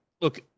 look